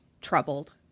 troubled